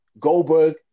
Goldberg